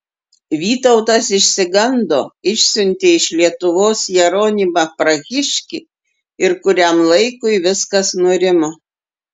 vytautas išsigando išsiuntė iš lietuvos jeronimą prahiškį ir kuriam laikui viskas nurimo